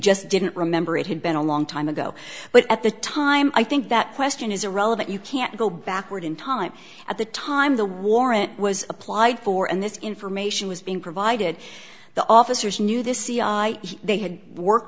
just didn't remember it had been a long time ago but at the time i think that question is irrelevant you can't go backward in time at the time the warrant was applied for and this information was being provided the officers knew this c i they had worked